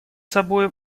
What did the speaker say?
собой